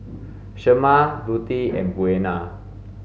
Shemar Lutie and Buena